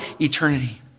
eternity